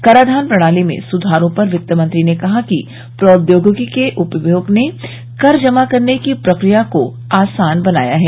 कराधान प्रणाली में सुधारों पर वित्तमंत्री ने कहा कि प्रौद्योगिकी के उपयोग ने कर जमा करने की प्रक्रिया को आसान बनाया है